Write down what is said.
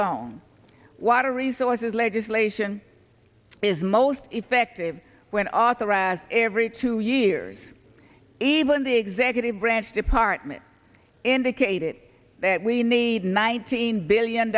long watering resources legislation is most effective when authorized every two years even the executive branch department indicated that we need nineteen billion